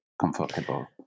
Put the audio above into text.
comfortable